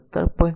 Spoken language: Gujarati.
4 17